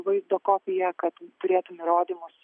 vaizdo kopiją kad turėtum įrodymus